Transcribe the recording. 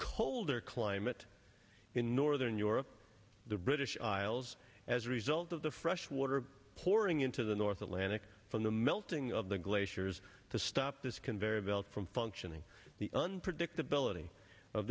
colder climate in northern europe the british isles as a result of the fresh water pouring into the north atlantic from the melting of the glaciers to stop this conveyor belt from functioning the unpredictability of